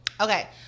okay